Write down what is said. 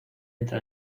entra